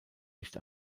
nicht